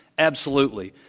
absolutely.